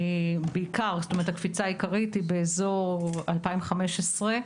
הקפיצה העיקרית היא באזור 2015,